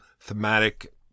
thematic